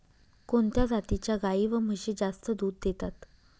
कोणत्या जातीच्या गाई व म्हशी जास्त दूध देतात?